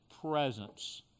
presence